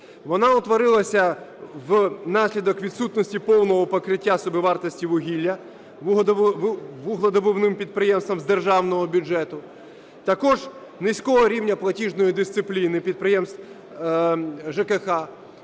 Вона утворилася внаслідок відсутності повного покриття собівартості вугілля вугледобувним підприємствам з державного бюджету. Також низького рівня платіжної дисципліни підприємств ЖКХ.